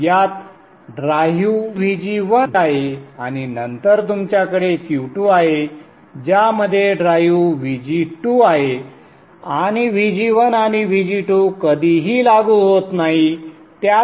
यात drive Vg1 आहे आणि नंतर तुमच्याकडे Q2 आहे ज्यामध्ये ड्राइव्ह Vg2 आहे आणि Vg1 आणि Vg2 कधीही लागू होत नाहीत